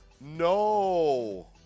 no